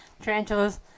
Tarantulas